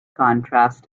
contrast